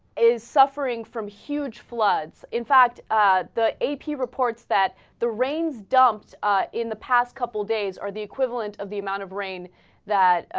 is suffering from huge floods in fact ah. that eighty reports that the rains dobbs ah. in the past couple days are the equivalent of the amount of rain that ah.